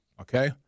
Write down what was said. Okay